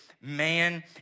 man